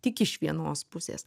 tik iš vienos pusės